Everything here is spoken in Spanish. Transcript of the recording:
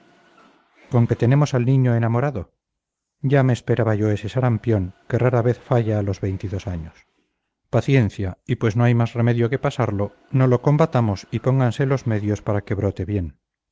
que tenemos al niño enamorado ya me esperaba yo ese sarampión que rara vez falla a los veintidós años paciencia y pues no hay más remedio que pasarlo no lo combatamos y pónganse los medios para que brote bien